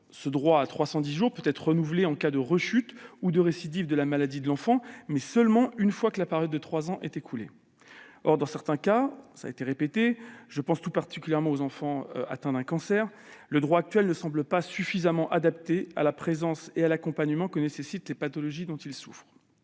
Ce droit à 310 jours peut être renouvelé en cas de rechute ou de récidive de la maladie de l'enfant, seulement une fois que la période de trois ans est écoulée. Or, dans certains cas- je pense tout particulièrement aux enfants atteints d'un cancer -, le droit actuel ne semble pas suffisamment adapté à la présence et à l'accompagnement nécessaires dans le cadre